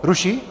Ruší?